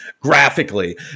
Graphically